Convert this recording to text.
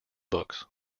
books